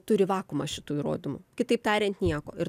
turi vakuumą šitų įrodymų kitaip tariant nieko ir